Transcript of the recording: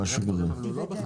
אבל הוא לא בחקיקה.